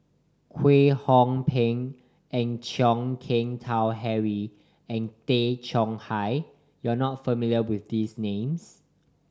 Kwek Hong Png and Chan Keng Howe Harry and Tay Chong Hai you are not familiar with these names